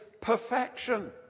perfection